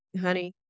honey